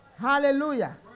Hallelujah